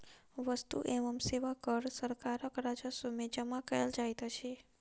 वस्तु एवं सेवा कर सरकारक राजस्व में जमा कयल जाइत अछि